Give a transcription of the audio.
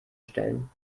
stellen